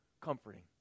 comforting